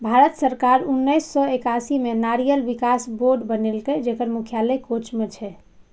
भारत सरकार उन्नेस सय एकासी मे नारियल विकास बोर्ड बनेलकै, जेकर मुख्यालय कोच्चि मे छै